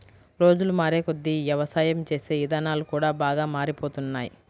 రోజులు మారేకొద్దీ యవసాయం చేసే ఇదానాలు కూడా బాగా మారిపోతున్నాయ్